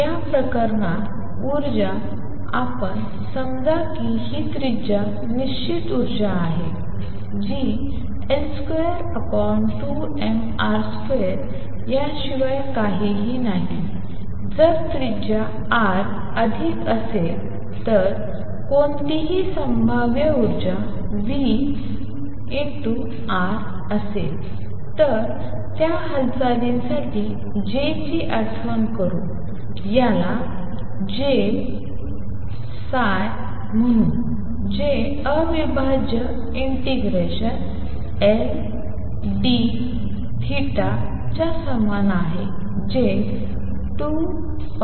या प्रकरणात उर्जा आपण समजा की ही त्रिज्या निश्चित ऊर्जा आहे जी L22mR2 याशिवाय काहीही नाही जर त्रिज्या R अधिक असेल तर कोणतीही संभाव्य ऊर्जा V असेल आणि त्या हालचालीसाठी J ची आठवण करू याला J मन्हू जे अविभाज्य ∫Ldϕ च्या समान आहे जे 2πL